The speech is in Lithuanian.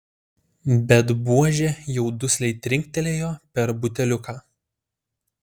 bet buožė jau dusliai trinktelėjo per buteliuką